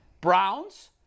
Browns